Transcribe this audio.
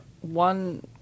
One